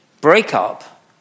breakup